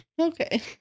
Okay